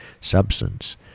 substance